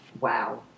wow